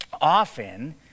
often